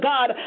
God